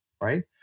right